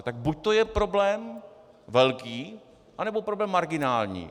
Tak buď je problém velký, anebo problém marginální.